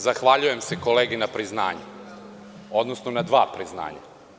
Zahvaljujem se kolegi na priznanju, odnosno na dva priznanja.